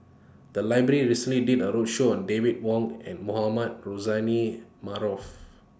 The Library recently did A roadshow on David Wong and Mohamed Rozani Maarof